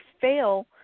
fail